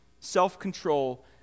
self-control